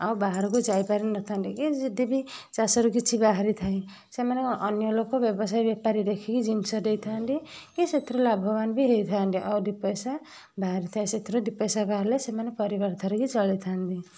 ଆଉ ବାହାରକୁ ଯାଇପାରି ନଥାନ୍ତି ଆଉ ଯଦି ବି ଚାଷରେ କିଛି ବାହାରିଥାଏ ସେମାନେ କ'ଣ ଅନ୍ୟ ଲୋକ ବ୍ୟବସାୟୀ ବେପାରୀ ଦେଖିକି ଜିନଷ ଦେଇଥାନ୍ତି କି ସେଥିରୁ ଲାଭବାନ ବି ହେଇଥାନ୍ତି ଆଉ ଦୁଇପଇସା ବାହାରିଥାଏ ଆଉ ସେଥିରୁ ଦୁଇପଇସା ବାହାରିଲେ ସେମାନେ ପରିବାର ଧରିକି ଚଳିଥାନ୍ତି